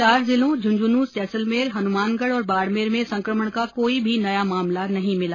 चार जिलों झुंझुनूं जैसलमेर हनुमानगढ़ और बाड़मेर में संकमण का कोई भी नया मामला नहीं भिला